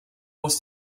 was